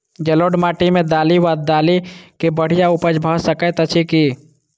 जलोढ़ माटि मे दालि वा दालि केँ बढ़िया उपज भऽ सकैत अछि की?